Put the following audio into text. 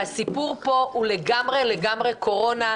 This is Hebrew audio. והסיפור פה הוא לגמרי לגמרי קורונה.